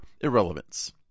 irrelevance